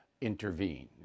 intervene